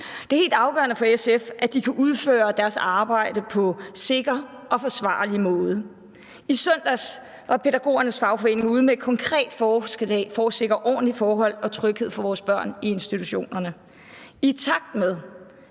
Det er helt afgørende for SF, at de kan udføre deres arbejde på en sikker og forsvarlig måde. I søndags var pædagogernes fagforening ude med et konkret forslag for at sikre ordentlige forhold og tryghed for vores børn i institutionerne. I takt med